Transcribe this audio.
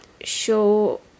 show